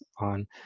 on